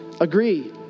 Agree